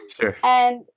Sure